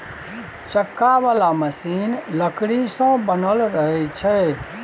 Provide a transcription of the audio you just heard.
चक्का बला मशीन लकड़ी सँ बनल रहइ छै